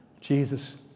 Jesus